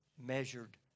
measured